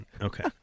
Okay